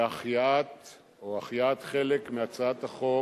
בהחייאת חלק מהצעת החוק